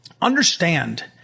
Understand